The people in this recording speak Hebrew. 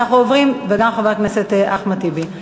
וגם חבר הכנסת אחמד טיבי.